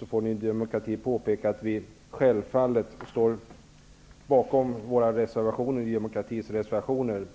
Vi i Ny demokrati vill i detta sammanhang påpeka att vi självfallet står bakom Ny demokratis reservationer